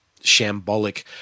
shambolic